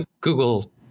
Google